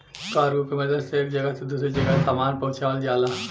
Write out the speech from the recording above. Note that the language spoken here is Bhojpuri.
कार्गो के मदद से एक जगह से दूसरे जगह सामान पहुँचावल जाला